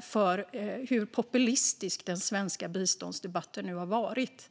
för hur populistisk den svenska biståndsdebatten har blivit.